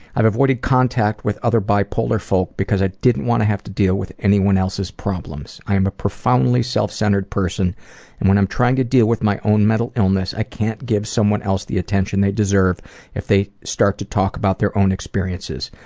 i've avoided contact with other bi-polar folk because i didn't want to have to deal with anyone else's problems. i'm a profoundly self-centered person and when i'm trying to deal with my own mental illness i can't give someone else the attention deserve if they start to talk about their own experiences,